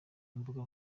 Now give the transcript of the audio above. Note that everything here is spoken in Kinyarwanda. imbuga